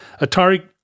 Atari